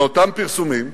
באותם פרסומים,